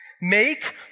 Make